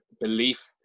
belief